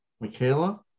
Michaela